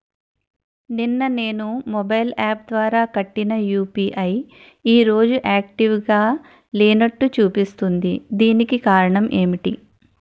నిన్న నేను mobile app ద్వారా కట్టిన యు.పి.ఐ ఈ రోజు యాక్టివ్ గా లేనట్టు చూపిస్తుంది దీనికి కారణం ఏమిటి?